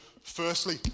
Firstly